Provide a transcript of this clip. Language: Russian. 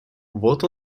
вот